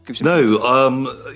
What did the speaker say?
No